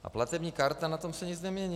A platební karta, na tom se nic nemění.